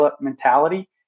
mentality